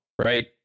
right